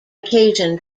occasion